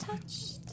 touched